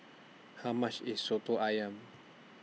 How much IS Soto Ayam